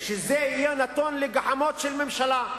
שזה יהיה נתון לגחמות של ממשלה.